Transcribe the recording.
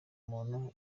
muntu